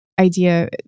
Idea